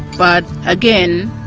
but again,